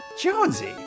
Jonesy